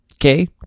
Okay